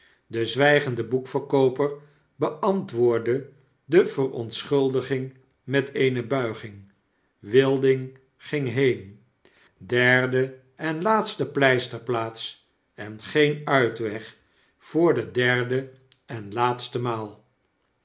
de zwygende boekverkooper beantwoordde de verontschuldiging met eene buiging wilding ging heen derde en laatste pleisterplaats en n geen uitweg voor de derde en laatste maal